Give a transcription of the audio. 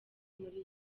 muri